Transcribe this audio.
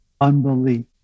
unbelief